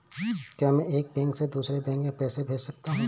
क्या मैं एक बैंक से दूसरे बैंक में पैसे भेज सकता हूँ?